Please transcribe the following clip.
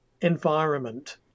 environment